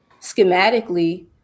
schematically